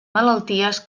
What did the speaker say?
malalties